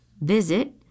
visit